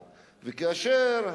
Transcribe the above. סוכר,